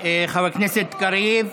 חבר הכנסת קריב.